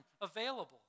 available